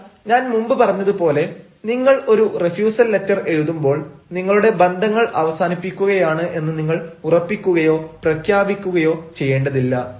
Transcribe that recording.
എന്നാൽ ഞാൻ മുമ്പ് പറഞ്ഞതുപോലെ നിങ്ങൾ ഒരു റിഫ്യുസൽ ലെറ്റർ എഴുതുമ്പോൾ നിങ്ങളുടെ ബന്ധങ്ങൾ അവസാനിപ്പിക്കുകയാണ് എന്ന് നിങ്ങൾ ഉറപ്പിക്കുകയോ പ്രഖ്യാപിക്കുകയോ ചെയ്യേണ്ടതില്ല